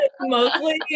mostly